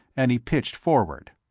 and he pitched forward.